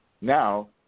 Now